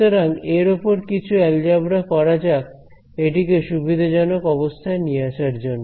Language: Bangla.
সুতরাং এর ওপর কিছু অ্যালজেবরা করা যাক এটিকে সুবিধাজনক অবস্থায় নিয়ে আসার জন্য